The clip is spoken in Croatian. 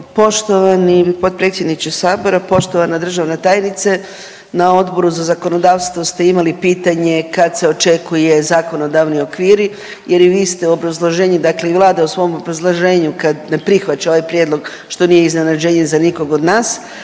Poštovani potpredsjedniče Sabora, poštovana državna tajnice. Na Odboru za zakonodavstvo ste imali pitanje kad se očekuje zakonodavni okviri, jer i vi ste u obrazloženju, dakle i Vlade u svom obrazloženju kad ne prihvaća ovaj prijedlog što nije iznenađenje za nikog od nas